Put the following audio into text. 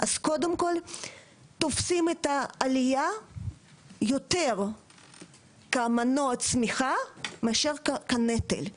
אז קודם כל תופסים את העלייה יותר כמנוע צמיחה מאשר כנטל.